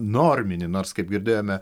norminį nors kaip girdėjome